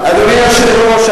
אדוני היושב-ראש,